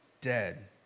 dead